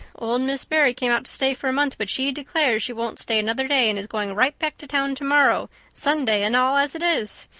old miss barry came out to stay for a month, but she declares she won't stay another day and is going right back to town tomorrow, sunday and all as it is.